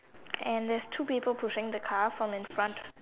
and there's two people pushing the car from in front